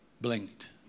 blinked